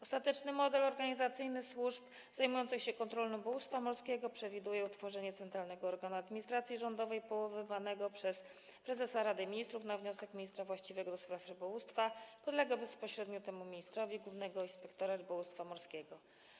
Ostateczny model organizacyjny służb zajmujących się kontrolą rybołówstwa morskiego przewiduje utworzenie centralnego organu administracji rządowej powoływanego przez prezesa Rady Ministrów na wniosek ministra właściwego do spraw rybołówstwa i podległego bezpośrednio temu ministrowi głównego inspektora rybołówstwa morskiego.